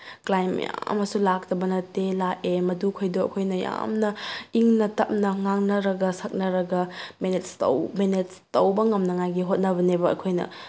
ꯀ꯭ꯂꯥꯏꯟ ꯃꯌꯥꯝ ꯑꯃꯁꯨ ꯂꯥꯛꯇꯕ ꯅꯠꯇꯦ ꯂꯥꯛꯑꯦ ꯑꯗꯨꯈꯩꯗꯣ ꯑꯩꯈꯣꯏꯅ ꯌꯥꯝꯅ ꯏꯪꯅ ꯇꯞꯅ ꯉꯥꯡꯅꯔꯒ ꯁꯛꯅꯔꯒ ꯃꯦꯅꯦꯁ ꯇꯧ ꯃꯦꯅꯦꯁ ꯇꯧꯕ ꯉꯝꯅꯉꯥꯏꯒꯤ ꯍꯣꯠꯅꯕꯅꯦꯕ ꯑꯩꯈꯣꯏꯅ